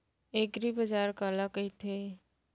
एगरीबाजार काला कहिथे?